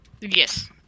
Yes